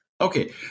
Okay